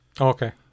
Okay